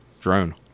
drone